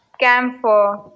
camphor